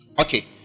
Okay